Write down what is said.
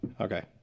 Okay